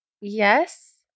Yes